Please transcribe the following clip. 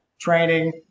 training